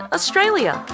Australia